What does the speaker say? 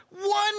one